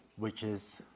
which is